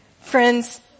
Friends